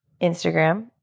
Instagram